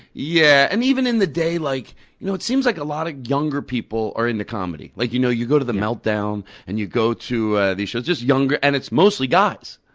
yeah. and even in the day, like you know it seems like a lot of younger people are into comedy. like you know you go to the meltdown and you go to these shows, just younger, and it's mostly guys.